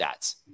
stats